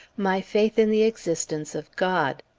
my faith in the existence of god.